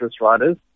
riders